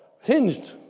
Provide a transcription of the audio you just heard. hinged